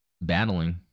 battling